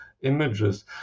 images